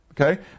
okay